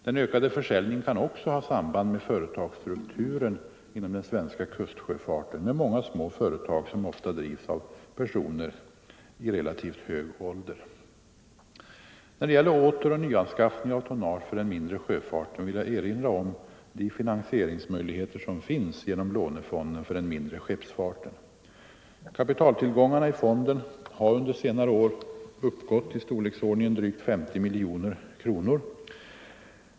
Den ökade försäljningen kan också ha samband med företagsstrukturen inom den svenska kustsjöfarten — med många små företag som ofta drivs av personer i relativt hög ålder. När det gäller återoch nyanskaffning av tonnage för den mindre sjöfarten vill jag erinra om de finansieringsmöjligheter som finns genom lånefonden för den mindre skeppsfarten. Kapitaltillgångarna i fonden har under senare år uppgått till storleksordningen drygt 50 miljoner kronor.